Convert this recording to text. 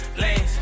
lanes